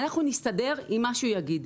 אנחנו נסתדר עם מה שהוא יגיד,